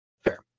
Fair